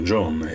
John